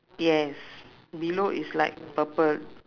yes below is like purple